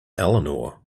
eleanor